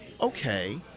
okay